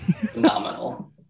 phenomenal